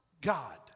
God